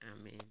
Amen